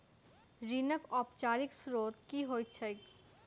ऋणक औपचारिक स्त्रोत की होइत छैक?